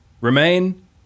Remain